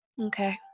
Okay